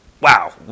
wow